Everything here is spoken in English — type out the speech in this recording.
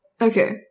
Okay